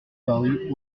parut